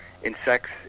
Insects